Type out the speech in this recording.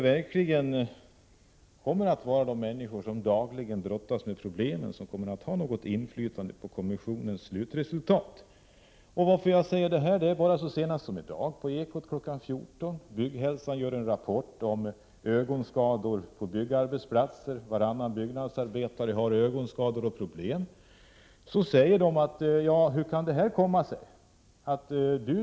Frågan är om de människor som dagligen brottas med problemen kommer att ha något inflytande på det som blir slutresultatet av kommissionens arbete. På Eko-sändningen kl. 14 i dag omnämndes att Bygghälsan gjort en rapport om ögonskador på byggarbetsplatser. Varannan byggnadsarbetare har ögonskada eller ögonproblem. Hur kan det komma sig att just du har det, frågade man en arbetare.